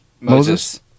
Moses